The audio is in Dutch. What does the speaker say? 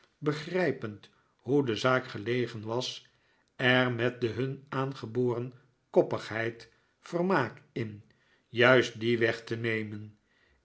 begrijpend hoe de zaak gelegen was er met de hun aangeboren koppigheid vermaak in juist dien weg te nemen